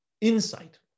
insight